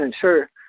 sure